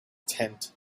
tent